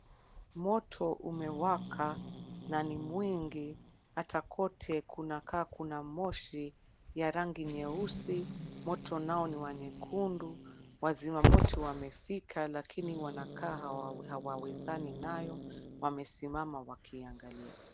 Moto umewaka na ni mwingi hata kote kunakaa kuna moshi ya rangi nyeusi. Moto nao ni wa nyekundu. Wazimamoto wamefika lakini wanakaa hawawezani nayo wamesimama wakiangalia.